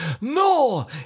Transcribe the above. no